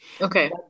Okay